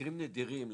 במקרים נדירים,